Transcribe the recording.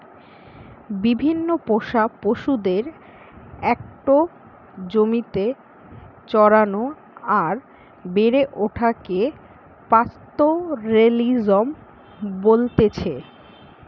বিভিন্ন পোষা পশুদের একটো জমিতে চরানো আর বেড়ে ওঠাকে পাস্তোরেলিজম বলতেছে